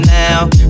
now